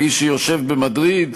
האיש שיושב במדריד,